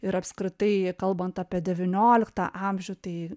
ir apskritai kalbant apie devynioliktą amžių tai